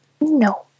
No